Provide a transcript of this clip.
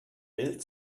bild